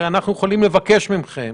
אנחנו יכולים לבקש מכם,